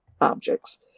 objects